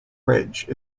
ridge